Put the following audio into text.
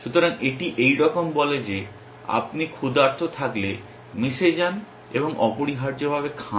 সুতরাং এটি এইরকম বলে যে আপনি ক্ষুধার্ত থাকলে মেসে যান এবং অপরিহার্যভাবে খান